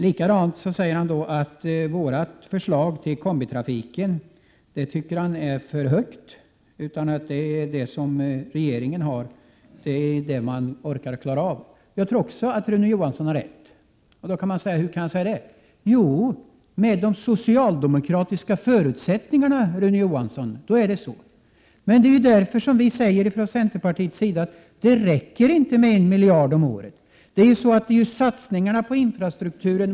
Han säger vidare att vårt förslag till kombitrafik är för högt och att regeringens förslag är vad man orkar klara av. Jag tror också att Rune Johansson har rätt i det. Hur kan jag säga så? Jo, med de socialdemokratiska förutsättningar som Rune Johansson har är det rätt. Det är därför som vi från centerpartiet säger att det inte räcker med en miljard om året. Man måste göra satsningar på infrastrukturen.